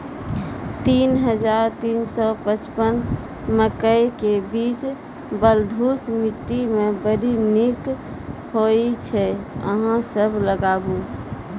तीन हज़ार तीन सौ पचपन मकई के बीज बलधुस मिट्टी मे बड़ी निक होई छै अहाँ सब लगाबु?